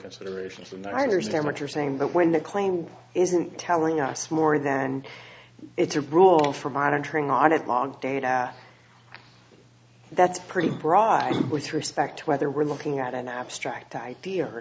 considerations in the understand what you're saying but when the claim isn't telling us more than it's a rule for monitoring audit mog data that's pretty broad with respect to whether we're looking at an abstract idea or